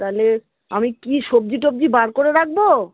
তাহলে আমি কি সবজি টবজি বার করে রাখব